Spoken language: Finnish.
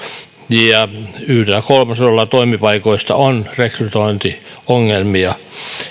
ja yhdellä kolmasosalla toimipaikoista on rekrytointiongelmia